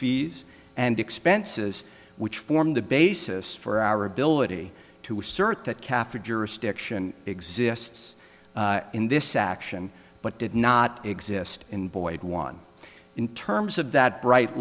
fees and expenses which formed the basis for our ability to assert that kaffir jurisdiction exists in this action but did not exist in boyd one in terms of that bright